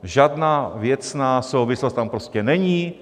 Žádná věcná souvislost tam prostě není.